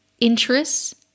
interests